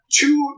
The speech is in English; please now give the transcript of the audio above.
two